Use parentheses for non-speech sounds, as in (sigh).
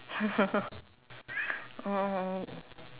(laughs) oh